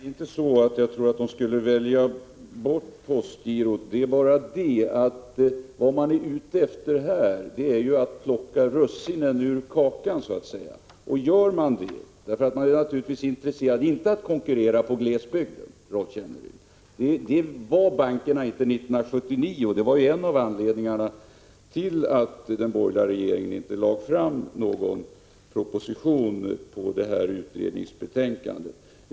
Herr talman! Jag tror inte att folk skulle välja bort postgirot. Men vad man här är ute efter är så att säga att plocka russinen ur kakan. Man är inte intresserad av att konkurrera i glesbygd, Rolf Kenneryd. Det var bankerna inte 1979, och detta var en av anledningarna till att den borgerliga regeringen inte lade fram någon proposition med anledning av utredningsbetänkandet.